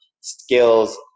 skills